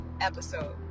episode